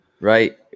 Right